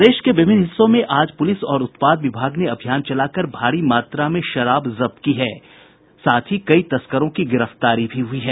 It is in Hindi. प्रदेश के विभिन्न हिस्सों में आज पुलिस और उत्पाद विभाग ने अभियान चलाकर भारी मात्रा में शराब जब्त की है और कई तस्करों को भी गिरफ्तार किया है